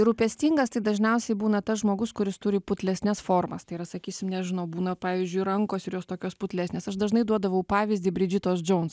rūpestingas tai dažniausiai būna tas žmogus kuris turi putlesnes formas tai yra sakysim nežinau būna pavyzdžiui rankos ir jos tokios putlesnės aš dažnai duodavau pavyzdį bridžitos džouns